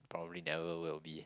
probably never will be